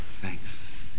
Thanks